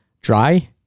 dry